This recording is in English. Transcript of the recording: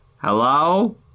Hello